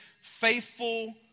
faithful